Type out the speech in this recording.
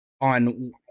on